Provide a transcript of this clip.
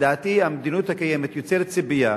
לדעתי, המדיניות הקיימת יוצרת ציפייה,